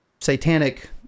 satanic